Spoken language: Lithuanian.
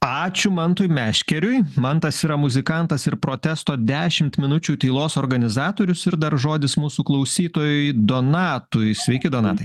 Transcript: ačiū mantui meškeriui mantas yra muzikantas ir protesto dešimt minučių tylos organizatorius ir dar žodis mūsų klausytojui donatui sveiki donatai